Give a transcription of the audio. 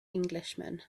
englishman